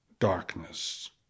darkness